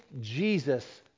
Jesus